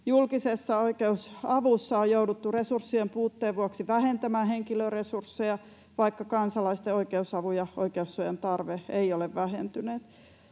Julkisessa oikeusavussa on jouduttu resurssien puutteen vuoksi vähentämään henkilöresursseja, vaikka kansalaisten oikeusavun ja oikeussuojan tarve ei ole vähentynyt.